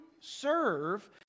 serve